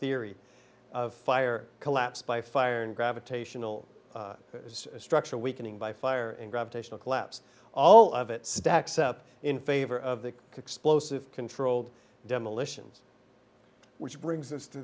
theory of fire collapse by fire and gravitational structural weakening by fire and gravitational collapse all of it stacks up in favor of the explosive controlled demolitions which brings us to